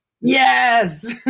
Yes